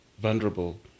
vulnerable